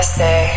say